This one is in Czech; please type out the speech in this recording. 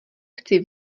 chci